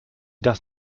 das